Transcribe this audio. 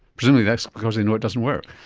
presumably that's because they know it doesn't work.